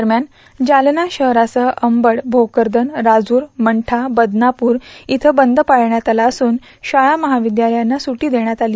दरम्यान जालना शहरासह अंबड भोकरदन राजूर मंठा बदनापूर इथं बंद पाळण्यात आला असून शाळा महाविद्यालयांना सुटी देण्यात आली